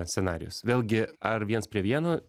scenarijus vėlgi ar viens prie vieno